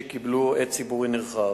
שקיבלו הד ציבורי נרחב.